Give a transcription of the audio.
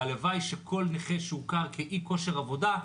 והלוואי שכל נכה שהוכר כאי-כושר עבודה,